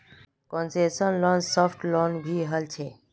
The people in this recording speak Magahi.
कोन्सेसनल लोनक साफ्ट लोन भी कह छे